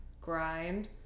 grind